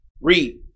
Read